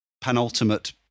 penultimate